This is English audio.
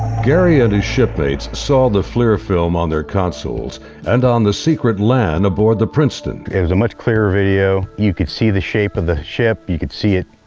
gary and his shipmates saw the flir film on their consoles and on the secret lan aboard the princeton. it was a much clearer video. you could see the shape of and the ship, you could see it,